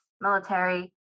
military